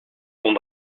kon